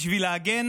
בשביל להגן